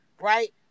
Right